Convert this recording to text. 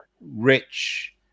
rich